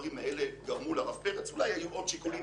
הדברים האלה גרמו לרב פרץ אולי היו עוד שיקולים